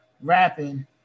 rapping